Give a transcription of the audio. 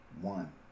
one